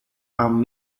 arm